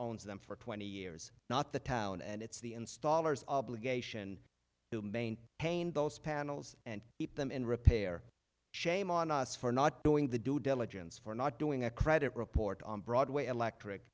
owns them for twenty years not the town and it's the installers obligation to maintain those panels and keep them in repair shame on us for not doing the due diligence for not doing a credit report on broadway electric